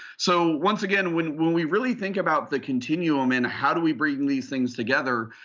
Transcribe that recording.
so once again, when when we really think about the continuum and how do we bring these things together,